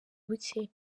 buke